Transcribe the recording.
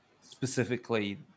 specifically